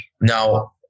now